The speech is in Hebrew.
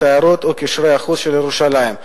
התיירות וקשרי החוץ של ירושלים.